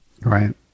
Right